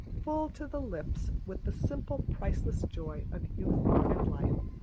full to the lips with the simple, priceless joy of youth and life.